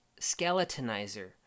Skeletonizer